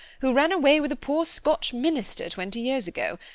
who ran away with a poor scotch minister twenty years ago.